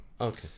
Okay